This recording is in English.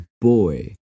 boy